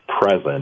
present